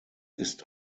ist